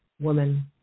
woman